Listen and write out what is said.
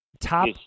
Top